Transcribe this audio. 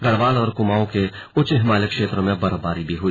गढ़वाल और कुमाऊं के उच्च हिमालयी क्षेत्रों में बर्फबारी भी हुई